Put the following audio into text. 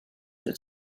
that